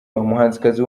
umuhanzikazi